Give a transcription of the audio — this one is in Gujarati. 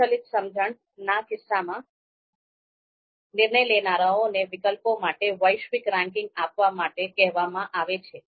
સ્વચાલિત સમજણ ના કિસ્સામાં નિર્ણય લેનારોને વિકલ્પો માટે વૈશ્વિક રેન્કિંગ આપવા માટે કહેવામાં આવે છે